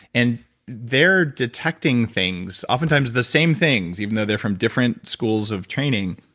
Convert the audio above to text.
and they're detecting things, oftentimes the same things, even though they're from different schools of training,